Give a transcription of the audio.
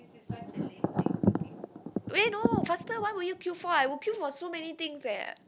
wait no faster what will you queue for I will queue for so many things eh